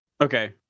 Okay